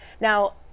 Now